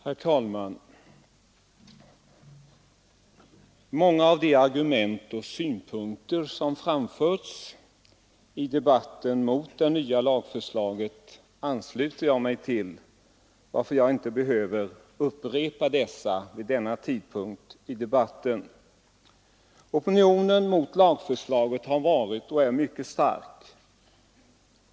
Herr talman! Många av de argument och synpunkter som framförts i debatten mot det nya abortlagsförslaget ansluter jag mig till, varför jag inte behöver upprepa dessa. Opinionen mot lagförslaget har varit och är mycket stark.